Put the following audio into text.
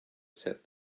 said